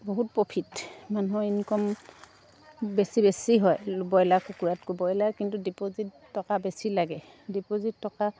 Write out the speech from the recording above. বহুত প্ৰফিট মানুহৰ ইনকাম বেছি বেছি হয় ব্ৰইলাৰ কুকুৰাতকৈ ব্ৰইলাৰ কিন্তু ডিপ'জিট টকা বেছি লাগে ডিপ'জিট টকা